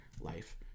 life